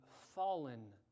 fallen